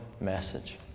message